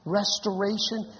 restoration